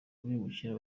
bimukira